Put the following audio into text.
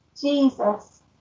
Jesus